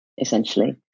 essentially